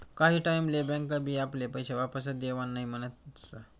काही टाईम ले बँक बी आपले पैशे वापस देवान नई म्हनस